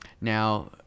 Now